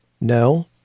No